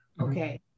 Okay